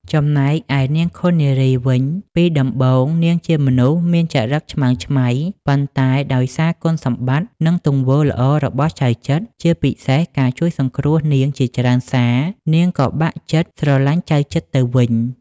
ចំណែកឯនាងឃុននារីវិញ ពីដំបូងនាងជាមនុស្សមានចរិតឆ្មើងឆ្មៃ ប៉ុន្តែដោយសារគុណសម្បត្តិ និងទង្វើល្អរបស់ចៅចិត្រ ជាពិសេសការជួយសង្គ្រោះនាងជាច្រើនសារនាងក៏បាក់ចិត្តស្រឡាញ់ចៅចិត្រទៅវិញ។